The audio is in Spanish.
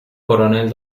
coronel